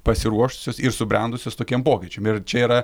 pasiruošusios ir subrendusios tokiem pokyčiam ir čia yra